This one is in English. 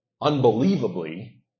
unbelievably